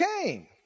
came